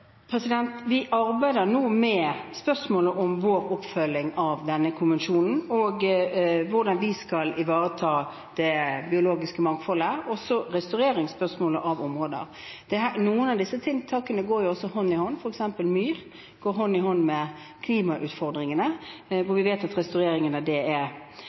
Vi arbeider nå med spørsmålet om vår oppfølging av denne konvensjonen og hvordan vi skal ivareta det biologiske mangfoldet, og spørsmålet om restaurering av områder. Noen av disse tiltakene går jo også hånd i hånd, f.eks. går restaurering av myr hånd i hånd med klimautfordringene. Vi